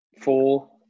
four